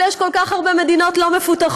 אבל יש כל כך הרבה מדינות לא מפותחות,